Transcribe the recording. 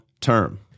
term